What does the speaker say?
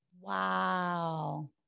Wow